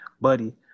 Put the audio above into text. Buddy